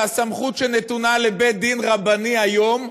והסמכות שנתונה לבית-דין רבני היום,